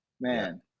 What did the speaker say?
Man